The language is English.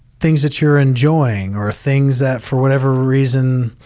things that you're enjoying or things that for whatever reason,